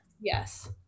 Yes